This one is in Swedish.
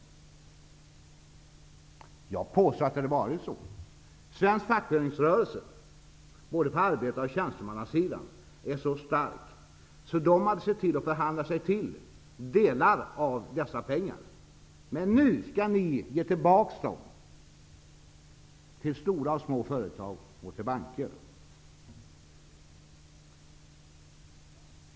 Jag påstår att det skulle ha blivit så. Svensk fackföreningsrörelse -- både på arbetar och tjänstemannasidan -- är så stark att den skulle ha sett till att förhandla sig till delar av dessa pengar. Men nu skall ni ge tillbaka pengarna till stora och små företag och till banker.